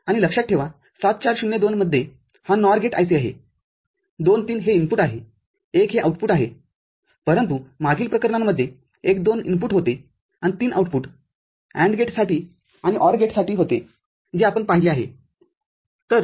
आणि लक्षात ठेवा७४०२ मध्ये हा NOR गेट IC आहे २ ३ हे इनपुटआहे १ हे आउटपुटआहे परंतु मागील प्रकरणांमध्ये १ २ इनपुटहोते आणि ३ आउटपुट AND गेटसाठी आणि OR गेटसाठी होते जे आपण पाहिले आहे